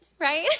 Right